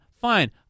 Fine